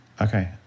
Okay